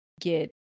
get